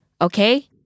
Okay